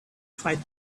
fight